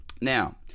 Now